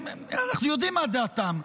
אנחנו יודעים מה דעתם,